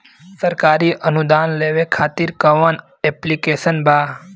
सरकारी अनुदान लेबे खातिर कवन ऐप्लिकेशन बा?